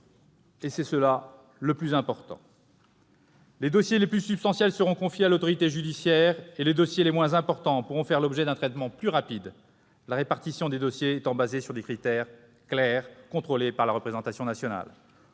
ce qui est le plus important. Les dossiers les plus substantiels seront confiés à l'autorité judiciaire et les dossiers les moins importants pourront faire l'objet d'un traitement plus rapide, la répartition des dossiers étant fondée sur des critères clairs et contrôlés par la représentation nationale.